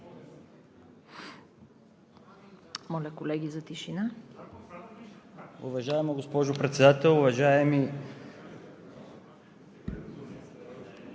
Моля, колеги, за тишина!